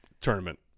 Tournament